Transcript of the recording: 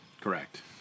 Correct